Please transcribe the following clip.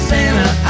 Santa